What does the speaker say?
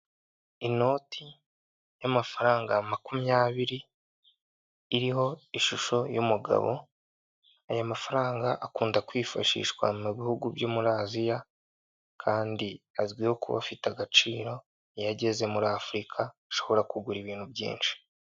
Inoti y'amafaranga makumyabiri iriho ishusho y'umugabo, aya mafaranga akunda kwifashishwa mu bihugu byo muri aziya, kandi azwiho kuba afite agaciro, iyo ageze muri afurika ashobora kugura ibintu byinshi.